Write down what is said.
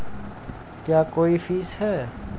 क्या कोई फीस है?